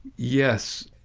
yes.